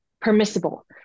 permissible